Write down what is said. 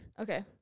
okay